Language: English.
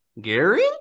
Gary